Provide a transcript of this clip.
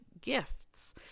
gifts